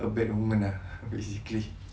a bad woman ah basically